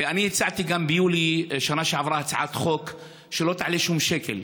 ואני הצעתי גם ביולי בשנה שעברה הצעת חוק שלא תעלה שום שקל.